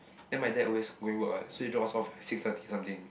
then my dad always going work what so he drop us off six thirty something